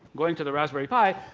going to the raspberry pi,